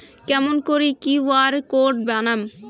কেমন করি QR code বানাম?